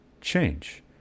change